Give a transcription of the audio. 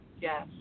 yes